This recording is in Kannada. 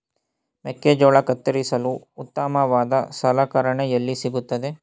ಮೆಕ್ಕೆಜೋಳ ಕತ್ತರಿಸಲು ಉತ್ತಮವಾದ ಸಲಕರಣೆ ಎಲ್ಲಿ ಸಿಗುತ್ತದೆ?